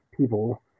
people